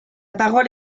parole